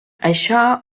això